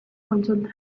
kontsulta